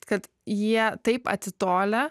kad jie taip atitolę